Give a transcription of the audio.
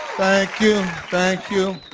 thank you. thank you.